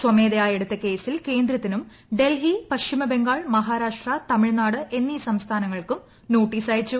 സ്വമേധയാ എടുത്ത കേസിൽ കേന്ദ്രത്തിനും ഡൽഹി പശ്ചിമബംഗാൾ മഹാരാഷ്ട്ര തമിഴ്നാട് എന്നീ സംസ്ഥാനങ്ങൾക്കും നോട്ടീസ് അയച്ചു